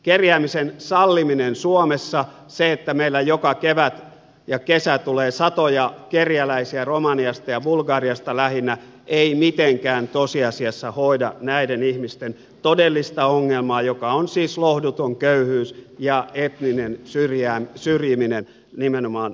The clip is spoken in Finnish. kerjäämisen salliminen suomessa se että meille joka kevät ja kesä tulee satoja kerjäläisiä romaniasta ja bulgariasta lähinnä ei mitenkään tosiasiassa hoida näiden ihmisten todellista ongelmaa joka on siis lohduton köyhyys ja etninen syrjiminen nimenomaan lähtömaissa